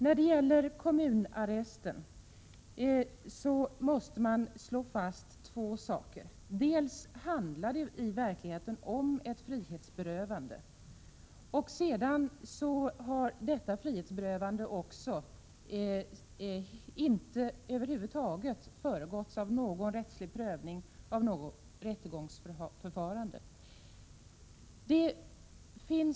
När det gäller kommunarresten måste man slå fast att det i verkligheten handlar om ett frihetsberövande och att detta frihetsberövande över huvud taget inte har föregåtts av någon som helst rättslig prövning eller något rättegångsförfarande.